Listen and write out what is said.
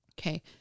Okay